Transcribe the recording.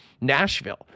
Nashville